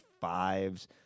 fives